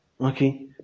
okay